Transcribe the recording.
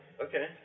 Okay